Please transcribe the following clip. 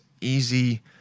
easy